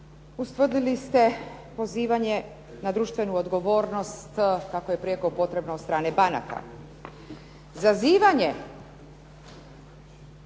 ustvrdili ste pozivanje na društvenu odgovornost, kako je prijeko potrebno od strane banaka.